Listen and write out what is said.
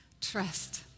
Trust